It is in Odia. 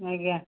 ଆଜ୍ଞା